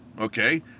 okay